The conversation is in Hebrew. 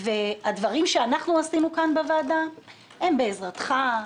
הדברים שעשינו כאן בוועדה הם בעזרתך,